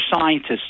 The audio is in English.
scientists